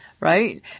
right